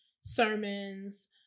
sermons